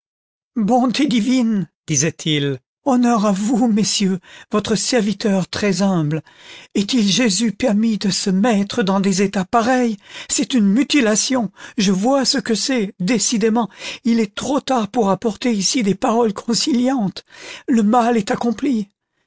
bonté divine disait-il honneur à vous messieurs votre serviteur très-humble est-il jésus permis de se mettre dans des états pareils c'est une mutilation je vois ce que c'est décidément il est trop tard pour apporter ici des paroles conciliantes le mal est accompli